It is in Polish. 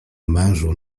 mężu